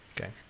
Okay